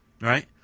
Right